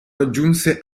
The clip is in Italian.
raggiunse